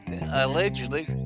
allegedly